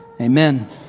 Amen